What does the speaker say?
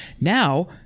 now